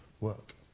work